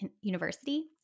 University